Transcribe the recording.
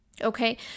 Okay